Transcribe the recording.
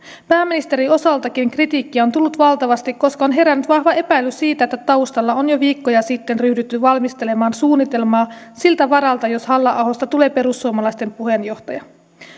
pääministerin osaltakin kritiikkiä on tullut valtavasti koska on herännyt vahva epäilys siitä että taustalla on jo viikkoja sitten ryhdytty valmistelemaan suunnitelmaa siltä varalta jos halla ahosta tulee perussuomalaisten puheenjohtaja